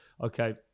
Okay